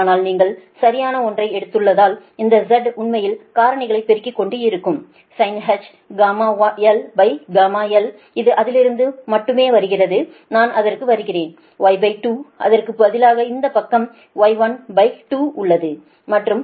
ஆனால் நீங்கள் சரியான ஒன்றை எடுத்துள்ளதால் இந்த Z உண்மையில் காரணிகளை பெருக்கிக் கொண்டிருக்கும் sinh γl γlஅது அதிலிருந்து மட்டுமே வருகிறது நான் அதற்கு வருகிறேன் Y2 அதற்கு பதிலாக இந்த பக்கம் Y12உள்ளது